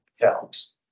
counts